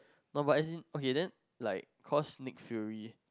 no but as in okay then like cause Nick fury